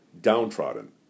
downtrodden